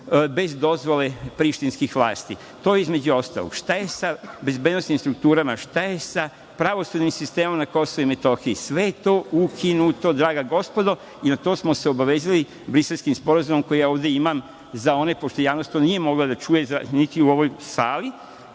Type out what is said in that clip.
bez dozvole prištinskih vlasti. To je između ostalog. Šta je sa bezbednosnim strukturama? Šta je sa pravosudnim sistemom na Kosovu i Metohiji? Sve je to ukinuto draga gospodo i na to smo se obavezali Briselskim sporazumom koji imam ovde za one, pošto javnost to nije mogla da čuje, niti u ovoj sali,